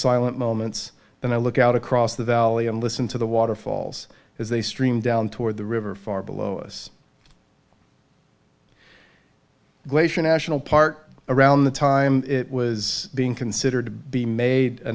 silent moments and i look out across the valley and listen to the waterfalls as they stream down toward the river far below us glacier national park around the time it was being considered to be made a